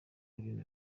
ibintu